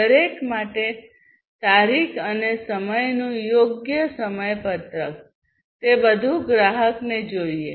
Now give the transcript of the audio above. દરેક માટે તારીખ અને સમયનું યોગ્ય સમયપત્રક તે બધું ગ્રાહકને જોઈએ